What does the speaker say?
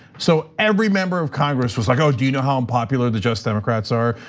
so every member of congress was like, ah do you know how unpopular the just democrats are?